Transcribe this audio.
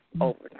overnight